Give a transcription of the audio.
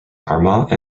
armagh